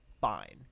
fine